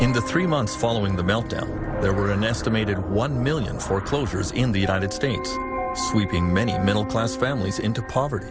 in the three months following the meltdown there were an estimated one million foreclosures in the united states sweeping many middle class families into poverty